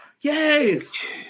Yes